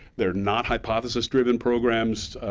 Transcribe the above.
they're not hypothesis-driven programs,